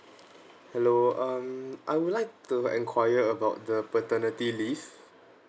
hello um I would like to enquiry about the paternity leave